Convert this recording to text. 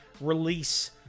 release